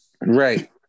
Right